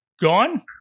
gone